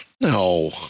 No